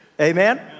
Amen